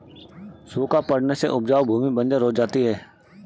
सूखा पड़ने से उपजाऊ भूमि बंजर हो जाती है